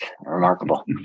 Remarkable